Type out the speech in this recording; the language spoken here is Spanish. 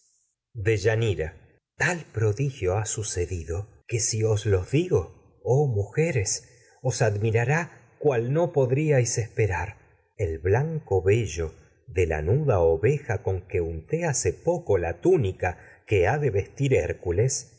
deyanira tal prodigio os ha sucedido cual no que si os lo digo rar oh mujeres admirará lanuda podríais espe que el blanco vello de oveja con unté hace poco cido la túnica sin que ha de